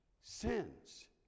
sins